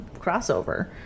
crossover